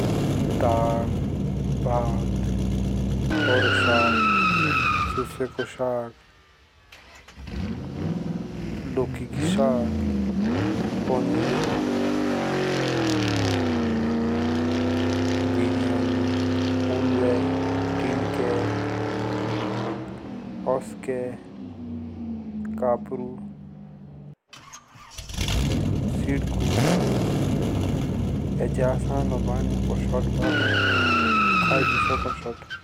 दाल भात, हरो साग, सुसुआ को साग, लौकी को साग पनीर, बिरयानी, उल्वे, डिंडके, असके कापरू, सिडकू। आज आसान हो बडनोकोर सात बाजो खाए भी सको सात।